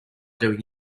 doing